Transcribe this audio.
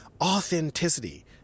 authenticity